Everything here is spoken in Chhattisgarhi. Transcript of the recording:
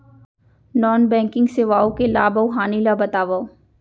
नॉन बैंकिंग सेवाओं के लाभ अऊ हानि ला बतावव